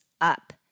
up